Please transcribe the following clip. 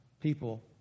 people